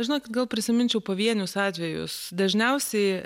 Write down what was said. žinot gal prisiminčiau pavienius atvejus dažniausiai